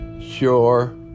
sure